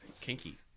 Kinky